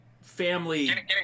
family